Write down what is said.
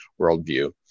worldview